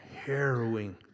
harrowing